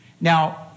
Now